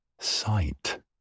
Sight